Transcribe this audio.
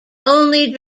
only